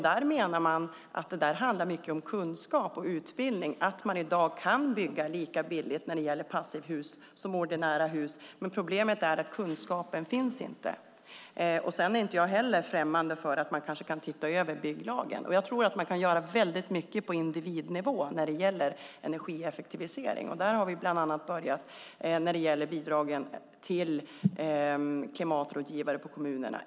De anser att det mycket handlar om kunskap och utbildning, att det i dag skulle kunna byggas passivhus lika billigt som ordinära hus. Problemet är att kunskapen inte finns. Jag är inte främmande för att man kanske kan se över bygglagen. När det gäller energieffektivisering tror jag att man kan göra mycket på individnivå. Där har vi börjat bland annat vad gäller bidrag till klimatrådgivare i kommunerna.